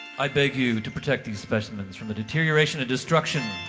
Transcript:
i beg you to protect these specimens from deterioration and destruction.